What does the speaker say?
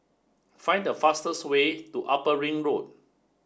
find the fastest way to Upper Ring Road